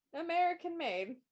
American-made